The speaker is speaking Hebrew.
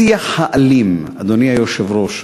השיח האלים, אדוני היושב-ראש,